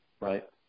right